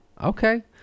Okay